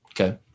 Okay